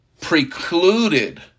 precluded